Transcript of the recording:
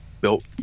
Built